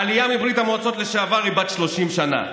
העלייה מברית המועצות לשעבר היא בת 30 שנה.